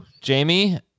Jamie